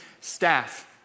staff